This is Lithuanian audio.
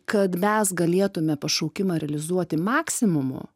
kad mes galėtume pašaukimą realizuoti maksimumu